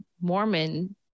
Mormon